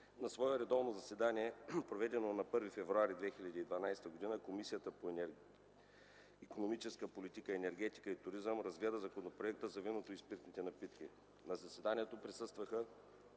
На свое редовно заседание, проведено на 1 февруари 2012 г., Комисията по икономическата политика, енергетика и туризъм разгледа Законопроекта за виното и спиртните напитки. На заседанието присъстваха